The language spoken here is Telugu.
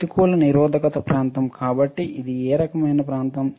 ప్రతికూల నిరోధక ప్రాంతం కాబట్టి ఇది ఏ రకమైన ప్రాంతం